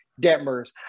Detmers